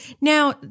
Now